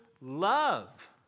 love